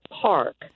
Park